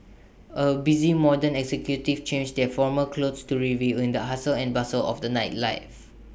A busy modern executives change their formal clothes to revel in the hustle and bustle of the nightlife